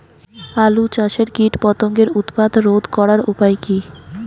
আলু চাষের কীটপতঙ্গের উৎপাত রোধ করার উপায় কী?